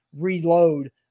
reload